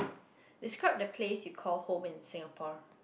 describe the place you call home in Singapore